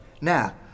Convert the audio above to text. Now